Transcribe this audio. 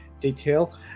detail